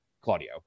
Claudio